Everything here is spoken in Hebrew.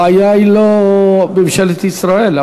הבעיה היא לא ממשלת ישראל.